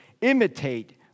imitate